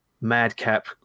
Madcap